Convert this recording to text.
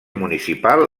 municipal